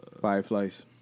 Fireflies